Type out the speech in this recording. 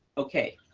okay.